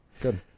good